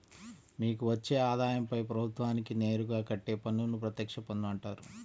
మీకు వచ్చే ఆదాయంపై ప్రభుత్వానికి నేరుగా కట్టే పన్నును ప్రత్యక్ష పన్ను అంటారు